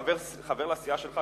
חבר לסיעה שלך,